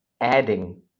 adding